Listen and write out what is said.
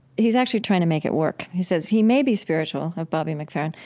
he's actually trying to make it work. he says, he may be spiritual, of bobby mcferrin,